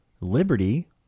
liberty